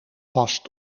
past